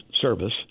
Service